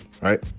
Right